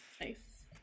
Nice